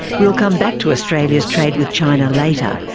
we'll come back to australia's trade with china later,